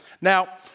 Now